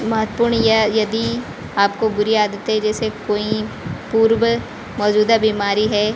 महत्वपूर्ण या यदि आपको बुरी आदतें जैसे कोई पूर्व मौजूदा बीमारी है